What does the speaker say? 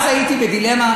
ואז הייתי בדילמה,